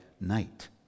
night